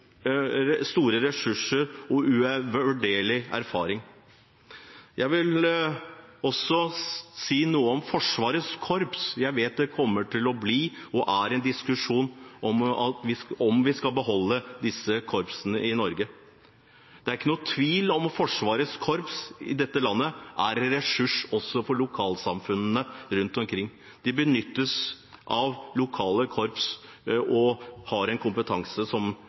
store ressurser og uvurderlig erfaring. Jeg vil også si noe om Forsvarets korps. Jeg vet det kommer til å bli og er en diskusjon om vi skal beholde disse korpsene i Norge. Det er ikke noen tvil om at Forsvarets korps i dette landet er en ressurs også for lokalsamfunnene rundt omkring. De benyttes av lokale korps og har en kompetanse som